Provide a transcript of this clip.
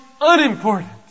unimportant